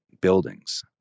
buildings